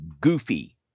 goofy